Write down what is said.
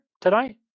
tonight